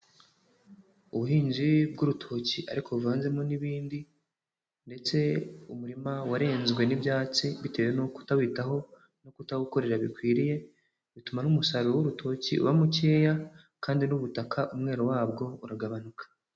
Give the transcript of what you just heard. Ubuhinzi bw'urutoki ariko buvanzemo n'ibindi ndetse umurima warenzwe n'ibyatsi bitewe no kutawitaho no kutawukorera bikwiriye, bituma n'umusaruro w'urutoki uba mukeya kandi n'ubutaka umwero wabwo uragabanuka.